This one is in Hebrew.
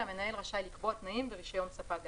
המנהל רשאי לקבוע תנאים ברישיון ספק גז.